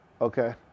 Okay